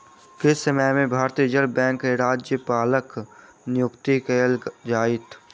किछ समय में भारतीय रिज़र्व बैंकक राज्यपालक नियुक्ति कएल जाइत